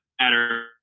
matter